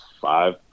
five